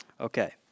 Okay